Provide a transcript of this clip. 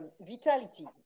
vitality